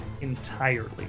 entirely